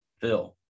Phil